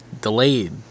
delayed